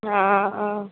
ಹಾಂ ಹಾಂ